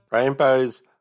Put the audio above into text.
Rainbow's